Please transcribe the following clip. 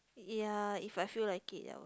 ya if I feel like it ya